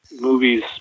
movies